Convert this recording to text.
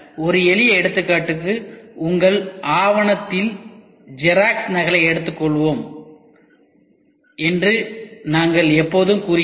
ஒரு எளிய எடுத்துக்காட்டுக்கு உங்கள் ஆவணத்தின் ஜெராக்ஸ் நகலை எடுத்துக்கொள்வோம் என்று நாங்கள் எப்போதும் கூறுகிறோம்